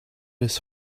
his